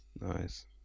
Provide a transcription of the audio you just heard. Nice